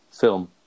film